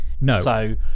No